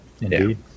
Indeed